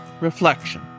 Reflection